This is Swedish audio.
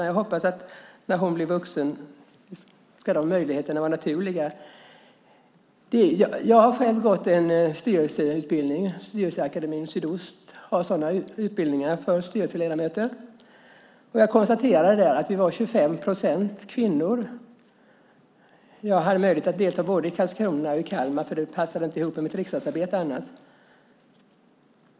Jag hoppas alltså att de möjligheterna är naturliga när hon blir vuxen. Jag har själv gått en styrelseutbildning. Styrelseakademien Sydost har utbildningar för styrelseledamöter. 25 procent var kvinnor. Jag hade möjlighet att delta i både Karlskrona och Kalmar - annars passade det inte ihop med mitt riksdagsarbete.